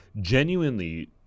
Genuinely